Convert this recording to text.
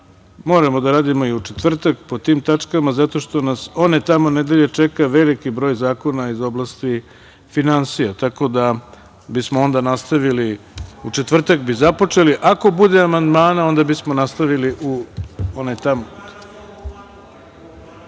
moramo da radimo i u četvrtak po tim tačkama zato što nas one tamo nedelje čeka veliki broj zakona iz oblasti finansija. U četvrtak bi započeli, a ako bude amandmana, onda bismo nastavili u onaj tamo